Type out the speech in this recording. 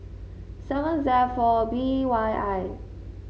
seven Z four B Y I